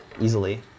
easily